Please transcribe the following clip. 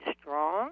strong